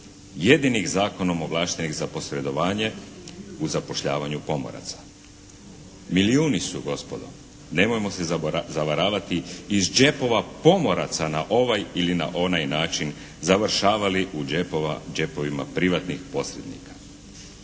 Jedinih zakonom ovlaštenih za posredovanje u zapošljavanju pomoraca. Milijuni su gospodo nemojmo se zavaravati iz džepova pomoraca na ovaj ili na onaj način završavali u džepovima privatnih posrednika.